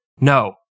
No